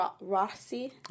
Rossi